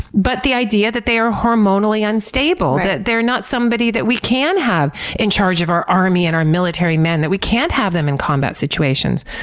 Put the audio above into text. but the idea that they are hormonally unstable, that they're not somebody that we can have in charge of our army and our military men, that we can't have them in combat situations?